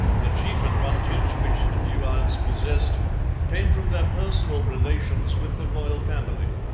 the chief advantage which the buades possessed came from their personal relations with the royal family.